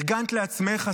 ארגנת לעצמך,